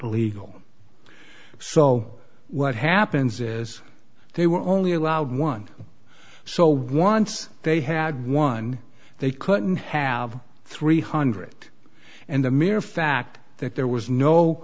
legal so what happens is they were only allowed one so once they had one they couldn't have three hundred and the mere fact that there was no